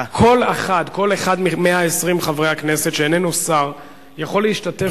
כל אחד מ-120 חברי הכנסת שאיננו שר יכול להשתתף